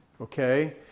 Okay